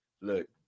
look